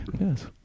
Yes